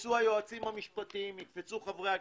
יקפצו היועצים המשפטיים, יקפצו חברי הכנסת,